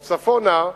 או צפונה,